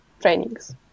trainings